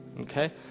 okay